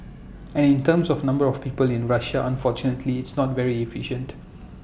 and in terms of number of people in Russia unfortunately it's not very efficient